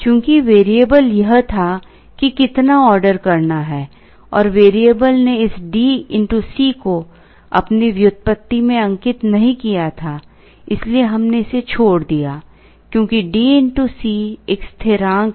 चूंकि वेरिएबल यह था कि कितना ऑर्डर करना है और वेरिएबल ने इस D x C को अपनी व्युत्पत्ति में अंकित नहीं किया था इसलिए हमने इसे छोड़ दिया क्योंकि D x C एक स्थिरांक है